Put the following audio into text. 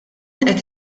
qed